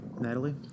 Natalie